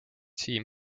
siim